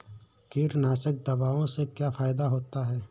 कीटनाशक दवाओं से क्या फायदा होता है?